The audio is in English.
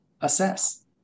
assess